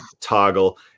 toggle